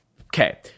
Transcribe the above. Okay